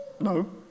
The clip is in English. No